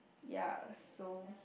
ya so